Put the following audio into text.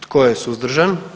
Tko je suzdržan?